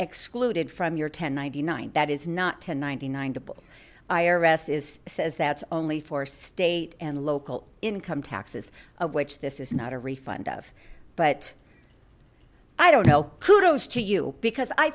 excluded from your ten ninety nine that is not to ninety nine to i r s is says that's only for state and local income taxes which this is not a refund of but i don't help kudos to you because i